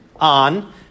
on